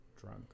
drunk